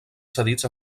cedits